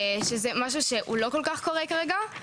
שזה משהו שלא כל כך קורה כרגע.